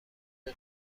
دوم